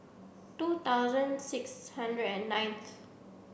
two thousand six hundred and nineth